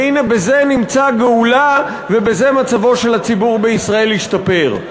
והנה בזה נמצאה הגאולה ובזה מצבו של הציבור בישראל ישתפר.